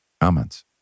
comments